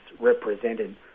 represented